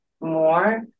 more